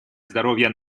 здоровья